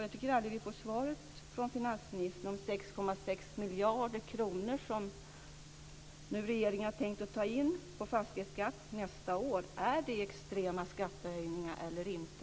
Jag tycker att vi aldrig får något svar från finansministern om de 6,6 miljarder kronor som regeringen nu har tänkt att ta in på fastighetsskatt nästa år är extrema skattehöjningar eller inte.